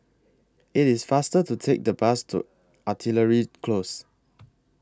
IT IS faster to Take The Bus to Artillery Close